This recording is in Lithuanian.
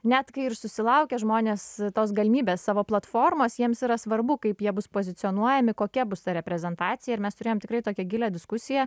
net kai ir susilaukia žmonės tos galimybės savo platformos jiems yra svarbu kaip jie bus pozicionuojami kokia bus ta reprezentacija ir mes turėjom tikrai tokią gilią diskusiją